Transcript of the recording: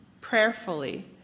prayerfully